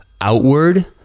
outward